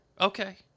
Okay